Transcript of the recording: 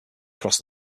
cross